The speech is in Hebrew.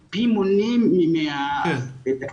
הוא פי מונים מן התקציב.